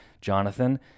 Jonathan